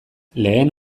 lehen